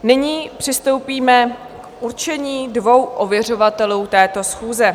Nyní přistoupíme k určení dvou ověřovatelů této schůze.